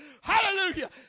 Hallelujah